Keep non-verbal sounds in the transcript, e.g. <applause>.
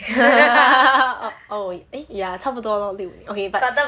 <laughs> oh eh ya 差不多 lor 六年 but